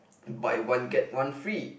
buy one get one free